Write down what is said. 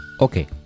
Okay